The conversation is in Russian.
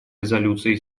резолюции